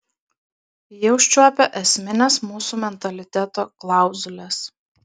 ji užčiuopia esmines mūsų mentaliteto klauzules